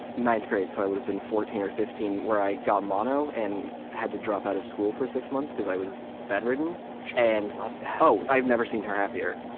ninth grade, so i would have been fourteen or fifteen, where i got mono and had to drop out of school for six months because i was bedridden and paul oh, i've never seen her happier.